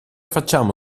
facciamo